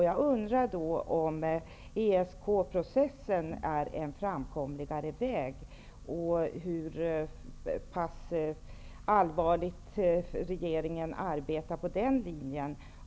Jag undrar om ESK-processen är en framkomligare väg och hur pass allvarligt regeringen arbetar på den linjen.